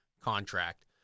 contract